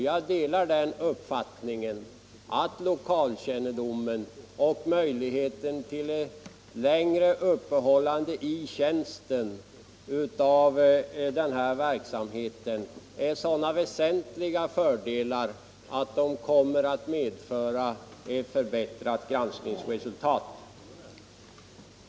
Jag delar den uppfattningen att lokalkännedom och möjligheter till kontinuitet i verksamheten är sådana väsentliga fördelar att de kommer att bidra till ett förbättrat granskningsresultat.